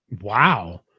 wow